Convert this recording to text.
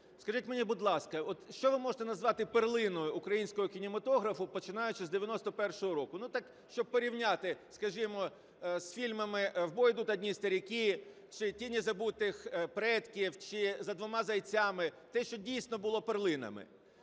Скажіть мені, будь ласка, що ви можете назвати перлиною українського кінематографу, починаючи з 91-го року? Так, щоб порівняти, скажімо, з фільмами "В бой идут одни старики" чи "Тіні забутих предків", чи "За двома зайцями", те, що дійсно було перлинами.